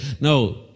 No